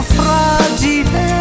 fragile